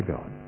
God